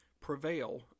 prevail